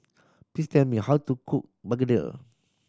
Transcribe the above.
please tell me how to cook begedil